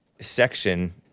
section